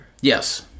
Yes